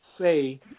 say